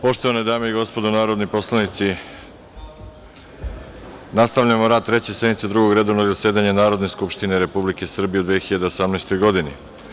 Poštovane dame i gospodo narodni poslanici, nastavljamo rad Treće sednice Drugog redovnog zasedanja Narodne skupštine Republike Srbije u 2018. godini.